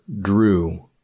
drew